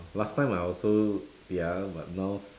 last time I also pia but now